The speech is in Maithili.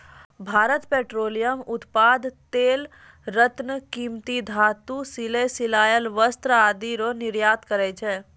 भारत पेट्रोलियम उत्पाद तेल रत्न कीमती धातु सिले सिलायल वस्त्र आदि रो निर्यात करै छै